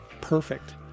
perfect